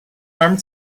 armed